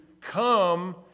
come